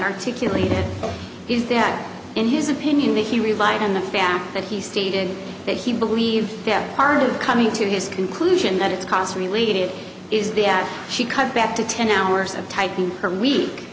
articulate it is that in his opinion that he relied on the fact that he stated that he believed that part of coming to his conclusion that it's cause really good is the she cut back to ten hours of typing per week